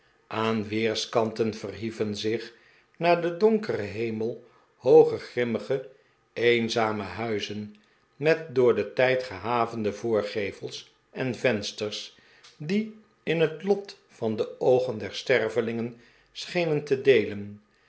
aan weerskanten verhieven zich naar den donkeren hemel hooge grimmige eenzame huizen met door den tijd gehavende voorgevels en vensters die in het lot van de oogen der stervelingen schenen te deelen